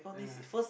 yeah